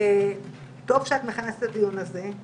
טוב שאת מכנסת את הדיון הזה,